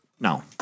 No